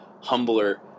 humbler